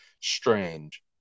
Strange